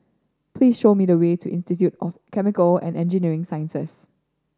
please show me the way to Institute of Chemical and Engineering Sciences